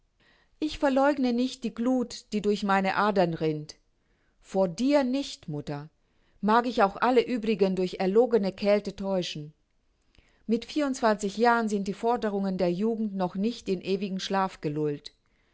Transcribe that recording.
ich verleugne nicht die gluth die durch meine adern rinnt vor dir nicht mutter mag ich auch alle uebrigen durch erlogene kälte täuschen mit vierundzwanzig jahren sind die forderungen der jugend noch nicht in ewigen schlaf gelullt